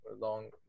long